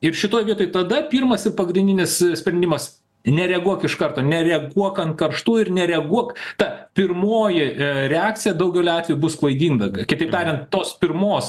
ir šitoj vietoj tada pirmas ir pagrindinis sprendimas nereaguok iš karto nereaguok ant karštų ir nereaguok ta pirmoji reakcija daugeliu atveju bus klaidinga kitaip tariant tos pirmos